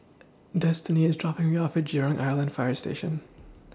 Destini IS dropping Me off At Jurong Island Fire Station